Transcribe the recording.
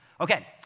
Okay